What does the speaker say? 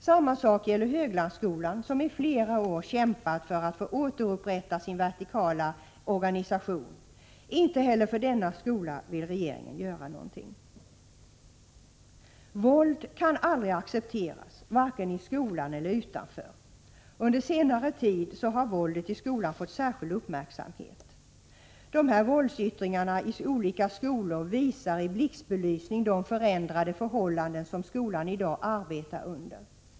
Samma sak gäller Höglandsskolan, som i flera år kämpat för att få återupprätta sin vertikala organisation. Inte heller för denna skola vill regeringen göra något. Våld kan aldrig accepteras, varken i skolan eller utanför. Under senare tid har våldet i skolan fått särskild uppmärksamhet. Dessa våldsyttringar i olika skolor visar i blixtbelysning de förändrade förhållanden som skolan i dag arbetar under.